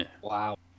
wow